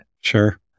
Sure